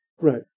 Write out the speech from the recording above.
Right